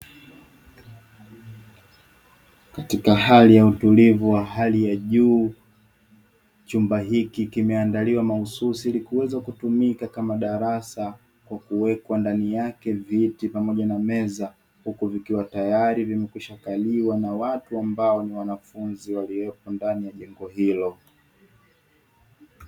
Katika hali ya utulivu wa hali ya juu, chumba hiki kimeandaliwa mahususi ili kuweza kutumika kama darasa; kwa kuwekwa ndani yake viti na meza, huku vikiwa tayari vimekwishakaliwa na watu ambao ni wanafunzi waliopo ndani ya jengo hilo.